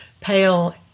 pale